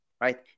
right